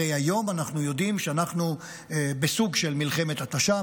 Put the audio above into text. הרי היום אנחנו יודעים שאנחנו בסוג של מלחמת התשה,